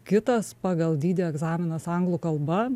kitas pagal dydį egzaminas anglų kalba